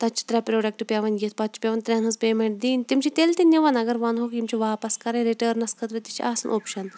تَتہِ چھِ ترٛےٚ پرٛوڈَکٹہٕ پٮ۪وان یِتھ پَتہٕ چھِ پٮ۪وان ترٛٮ۪ن ہِنٛز پیمٮ۪نٛٹ دِنۍ تِم چھِ تیٚلہِ تہِ نِوان اگر وَنہوک یِم چھِ واپَس کَرٕنۍ رِٹٲرٕنَس خٲطرٕ تہِ چھِ آسان اوپشَن